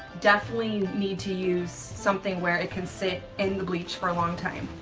definitely need to use something where it can sit in the bleach for a long time.